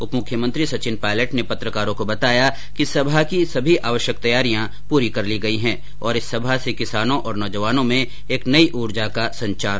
उप मुख्यमंत्री सचिन पायलट ने पत्रकारों को बताया कि सभा की सभी आवश्यक तैयारियां पूरी कर ली गई है और इस सभा से किसानों और नौजवानों में एक नई ऊर्जा का संचार होगा